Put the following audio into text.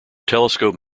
telescope